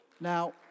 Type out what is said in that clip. Now